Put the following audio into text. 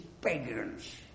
pagans